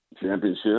Championship